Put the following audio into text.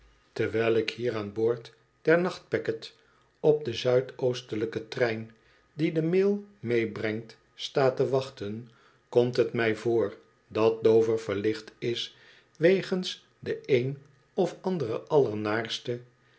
terwijl ik hier aan boord der nachtpacket op den zuid oostelijken trein die den mail meebrengt sta te wachten komt het mij voor dat dover verlicht is wegens de een of andere aller